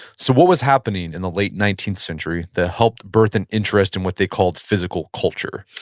so what was happening in the late nineteenth century that helped birth an interest in what they called physical culture?